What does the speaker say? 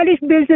business